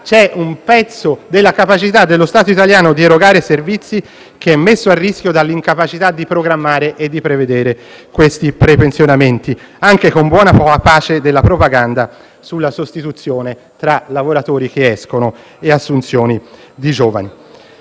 c'è un pezzo dello Stato italiano deputato a erogare servizi messo a rischio dall'incapacità di programmare e di prevedere detti prepensionamenti, anche con buona pace della propaganda sulla sostituzione tra lavoratori che escono e assunzioni di giovani.